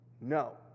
no